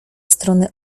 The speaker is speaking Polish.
strony